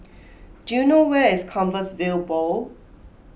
do you know where is Compassvale Bow